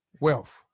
wealth